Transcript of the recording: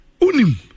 Unim